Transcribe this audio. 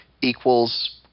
equals